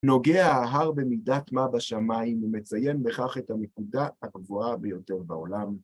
נוגע ההר במידת מה בשמיים ומציין בכך את הנקודה הקבועה ביותר בעולם.